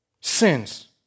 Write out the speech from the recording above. Sins